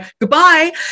goodbye